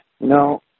No